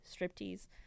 striptease